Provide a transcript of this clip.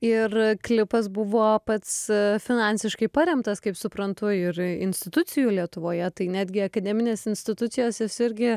ir klipas buvo pats finansiškai paremtas kaip suprantu ir institucijų lietuvoje tai netgi akademinės institucijos jos irgi